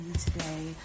today